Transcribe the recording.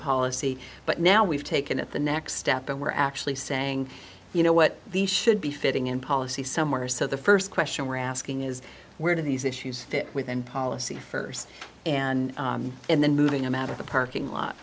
policy but now we've taken at the next step and we're actually saying you know what the should be fitting in policy somewhere so the first question we're asking is where do these issues fit with and policy first and and then moving them out of the parking lot